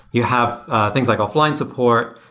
you have things like offline support,